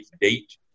date